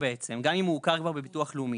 גם אם הוא כבר הוכר בביטוח הלאומי.